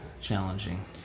challenging